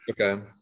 okay